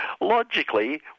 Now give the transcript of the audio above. Logically